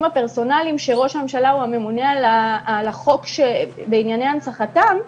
הפרסונאליים שראש הממשלה הוא הממונה על החוק בענייני הנצחתם,